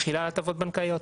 מחילה הטבות בנקאיות.